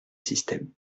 système